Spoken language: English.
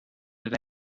that